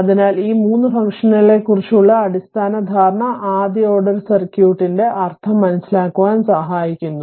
അതിനാൽ ഈ 3 ഫംഗ്ഷനുകളെക്കുറിച്ചുള്ള അടിസ്ഥാന ധാരണ ആദ്യ ഓർഡർ സർക്യൂട്ടിന്റെ അർത്ഥം മനസ്സിലാക്കാൻ സഹായിക്കുന്നു